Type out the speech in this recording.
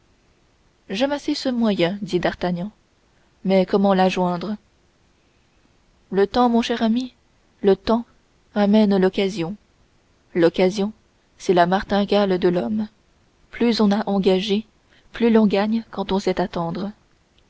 enragé j'aime assez ce moyen dit d'artagnan mais comment la joindre le temps cher ami le temps amène l'occasion l'occasion c'est la martingale de l'homme plus on a engagé plus l'on gagne quand on sait attendre